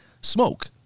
smoke